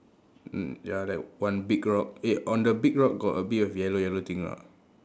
mm ya like one big rock eh on the big rock got a bit of yellow yellow thing or not